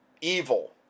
evil